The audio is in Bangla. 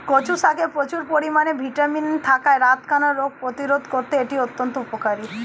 কচু শাকে প্রচুর পরিমাণে ভিটামিন এ থাকায় রাতকানা রোগ প্রতিরোধে করতে এটি অত্যন্ত উপকারী